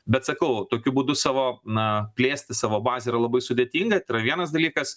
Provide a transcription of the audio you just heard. bet sakau tokiu būdu savo na plėsti savo bazę yra labai sudėtinga tai yra vienas dalykas